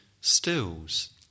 stills